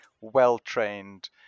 well-trained